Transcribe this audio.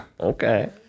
Okay